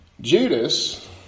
Judas